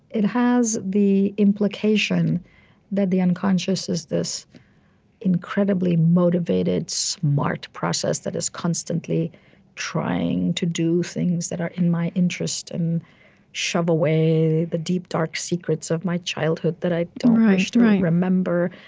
it has the implication that the unconscious is this incredibly motivated, smart process that is constantly trying to do things that are in my interest and shove away the deep dark secrets of my childhood that i don't wish to remember.